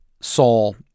saul